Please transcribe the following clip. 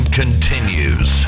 continues